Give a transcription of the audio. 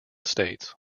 states